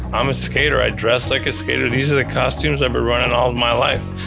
i'm a skater. i dress like a skater, these are the costumes i've been running all of my life.